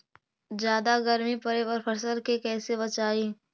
जादा गर्मी पड़े पर फसल के कैसे बचाई?